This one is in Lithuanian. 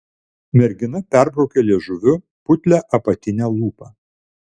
mergina perbraukė liežuviu putlią apatinę lūpą